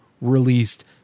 released